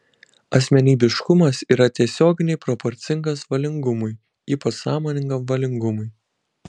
asmenybiškumas yra tiesioginiai proporcingas valingumui ypač sąmoningam valingumui